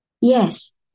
Yes